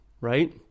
right